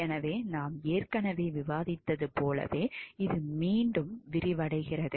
எனவே நாம் ஏற்கனவே விவாதித்ததைப் போலவே இது மீண்டும் விரிவடைகிறது